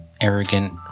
arrogant